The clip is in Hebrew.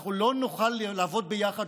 אנחנו לא נוכל לעבוד ביחד,